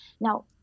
Now